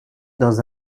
dans